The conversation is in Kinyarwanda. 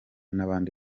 n’abandi